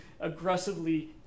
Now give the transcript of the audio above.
aggressively